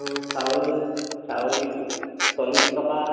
অঁ চাউল চাউল চল্লিছ টকা